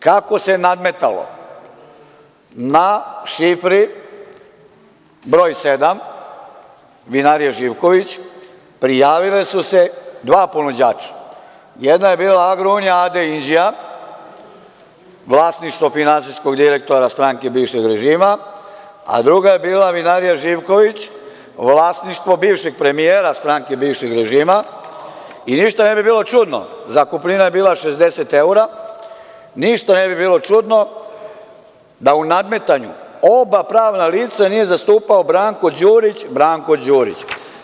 Kako se nadmetalo na šifri broj 7, Vinarije „Živković“ prijavile su se dva ponuđača, jedna je bila „Agrounija“, a.d. Inđija vlasništvo finansijskog direktora stranke bivšeg režima, a druga je bila Vinarija „Živković“ vlasništvo bivšeg premijera stranke bivšeg režima i ništa ne bi bilo čudno, zakupnina je bila 60 evra, ništa ne bi bilo čudno da u nadmetanju oba pravna lica nije zastupao Branko Đurić, Branko Đurić.